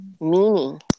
meaning